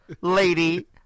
lady